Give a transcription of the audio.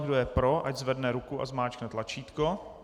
Kdo je pro, ať zvedne ruku a zmáčkne tlačítko.